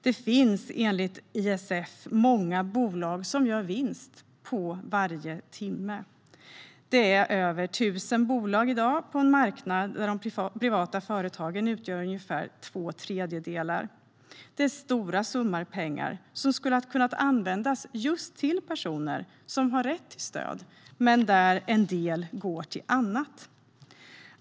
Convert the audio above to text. Det finns enligt ISF många bolag som gör vinst på varje timme. Det är över 1 000 bolag i dag på en marknad där de privata företagen utgör ungefär två tredjedelar. Det är stora summor pengar som skulle ha kunnat användas just till personer som har rätt till stöd. Men en del går till annat.